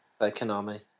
Konami